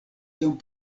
iom